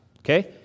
okay